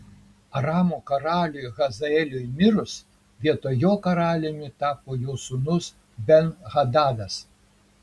aramo karaliui hazaeliui mirus vietoj jo karaliumi tapo jo sūnus ben hadadas